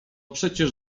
przecież